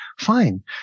Fine